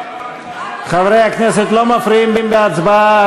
חברי הכנסת, לא מפריעים בהצבעה.